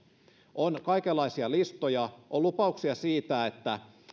on kaikenlaisia listoja on lupauksia siitä että